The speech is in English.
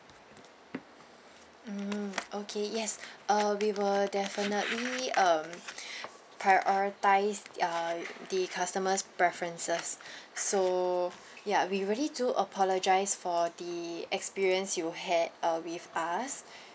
mm okay yes uh we will definitely um prioritise uh the customers preferences so ya we really do apologise for the experience you had uh with us